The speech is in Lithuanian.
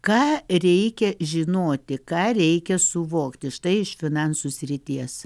ką reikia žinoti ką reikia suvokti štai iš finansų srities